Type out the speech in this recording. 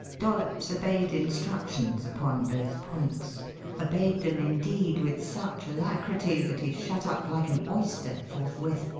dollops obeyed instructions upon both points obeyed them, indeed, with such alacrity that he shut up like an oyster forthwith,